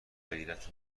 غیرت